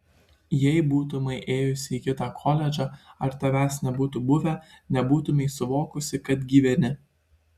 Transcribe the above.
jei būtumei ėjusi į kitą koledžą ar tavęs nebūtų buvę nebūtumei suvokusi kad gyveni